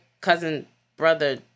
cousin-brother